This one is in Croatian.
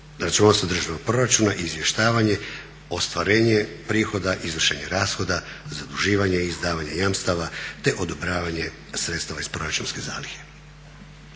računovodstva državnog proračuna i izvještavanje, ostvarenje prihoda, izvršenje rashoda, zaduživanje i izdavanje jamstava te odobravanje sredstava iz proračunske zalihe.